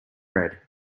red